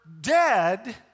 dead